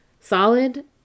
solid